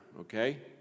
okay